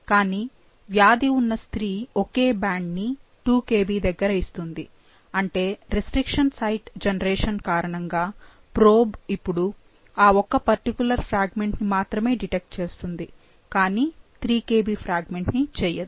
కాని వ్యాధి ఉన్న స్త్రీ ఒకే బ్యాండ్ ని 2 Kb దగ్గర ఇస్తుంది అంటే రెస్ట్రిక్షన్ సైట్ జనరేషన్ కారణంగా ప్రోబ్ ఇప్పుడు ఆ ఒక్క పర్టికులర్ ఫ్రాగ్మెంట్ ని మాత్రమే డిటెక్ట్ చేస్తుంది కానీ 3Kb ఫ్రాగ్మెంట్ ని చెయ్యదు